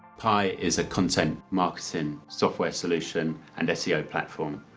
pi is a content marketing software solution and seo platform.